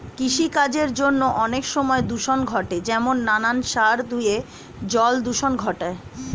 কৃষিকার্যের জন্য অনেক সময় দূষণ ঘটে যেমন নানান সার ধুয়ে জল দূষণ ঘটায়